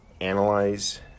analyze